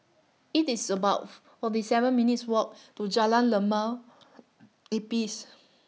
IT IS above forty seven minutes' Walk to Jalan Limau Nipis